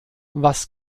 was